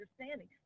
Understanding